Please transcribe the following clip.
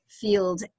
field